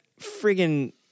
friggin